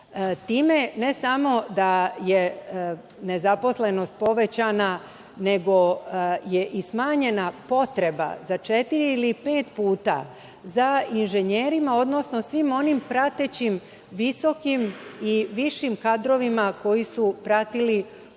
Time ne samo da je nezaposlenost povećana, nego je i smanjena potreba za četiri ili pet puta za inženjerima, odnosno svim onim pratećim visokim i višim kadrovima koji su pratili